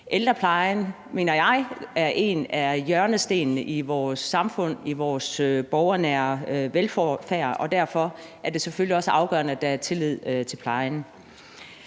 er, mener jeg, en af hjørnestenene i vores samfund, i vores borgernære velfærd, og derfor er det selvfølgelig også afgørende, at der er tillid til plejen.